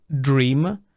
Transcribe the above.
dream